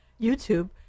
YouTube